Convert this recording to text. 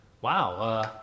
wow